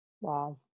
Wow